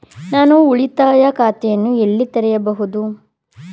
ನಾನು ಉಳಿತಾಯ ಖಾತೆಯನ್ನು ಎಲ್ಲಿ ತೆರೆಯಬಹುದು?